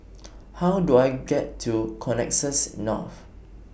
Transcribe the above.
How Do I get to Connexis North